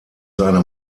seine